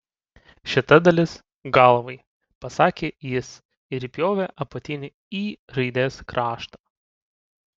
šita dalis galvai pasakė jis ir įpjovė apatinį y raidės kraštą